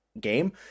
game